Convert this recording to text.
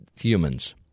humans